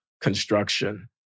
construction